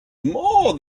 more